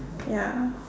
ya